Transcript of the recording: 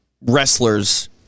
wrestlers